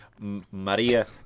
maria